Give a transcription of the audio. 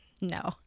No